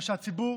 ושהציבור